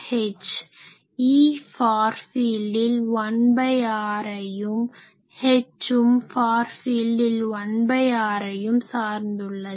E far ஃபீல்டில் 1r ஐயும் H உம் ஃபார் ஃபீல்டில் 1r ஐயும் சாரந்துள்ளது